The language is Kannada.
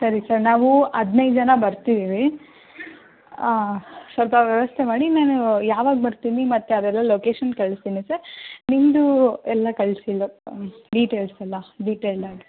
ಸರಿ ಸರ್ ನಾವು ಹದಿನೈದು ಜನ ಬರ್ತಿದ್ದೀವಿ ಸ್ವಲ್ಪ ವ್ಯವಸ್ಥೆ ಮಾಡಿ ನಾನು ಯಾವಾಗ ಬರ್ತೀನಿ ಮತ್ತೆ ಅವೆಲ್ಲ ಲೊಕೇಶನ್ ಕಳಿಸ್ತೀನಿ ಸರ್ ನಿಮ್ಮದು ಎಲ್ಲ ಕಳಿಸಿ ಡೀಟೇಲ್ಸ್ ಎಲ್ಲ ಡೀಟೇಲ್ಡ್ ಆಗಿ